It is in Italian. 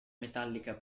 metallica